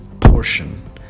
portion